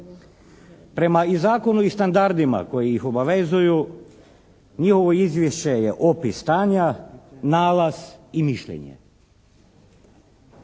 Prema i zakonu i standardima koji ih obavezuju njihovo izvješće je opis stanja, nalaz i mišljenje.